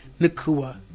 Nakua